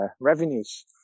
revenues